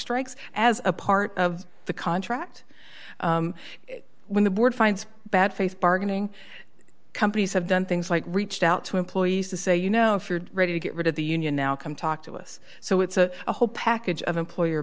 strikes as a part of the contract when the board finds bad faith bargaining companies have done things like reached out to employees to say you know if you're ready to get rid of the union now come talk to us so it's a whole package of employer